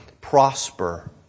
prosper